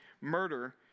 murder